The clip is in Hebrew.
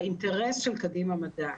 האינטרס של קדימה מדע,